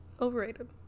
overrated